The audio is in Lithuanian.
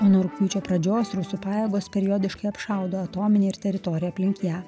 o nuo rugpjūčio pradžios rusų pajėgos periodiškai apšaudo atominę ir teritoriją aplink ją